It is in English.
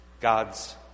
God's